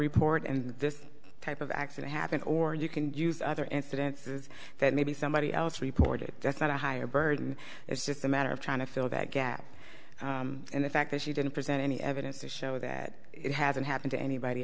report and this type of accident happened or you can use other incidences that maybe somebody else reported that's not a higher burden it's just a matter of trying to fill that gap and the fact that she didn't present any evidence to show that it hasn't happened to anybody